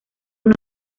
uno